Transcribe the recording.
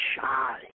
shy